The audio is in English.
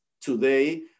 today